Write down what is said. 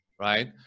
right